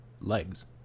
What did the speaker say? legs